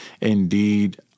Indeed